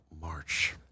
march